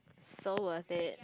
so worth it